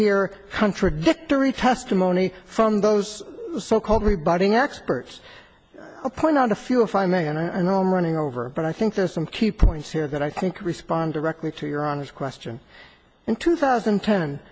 hear contradictory testimony from those so called rebutting experts point out a few if i may and i know i'm running over but i think there's some key points here that i think respond directly to your honor's question in two thousand